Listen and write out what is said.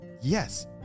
Yes